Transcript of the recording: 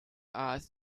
art